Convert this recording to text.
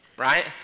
right